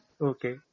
Okay